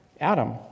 adam